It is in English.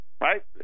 right